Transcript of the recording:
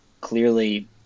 clearly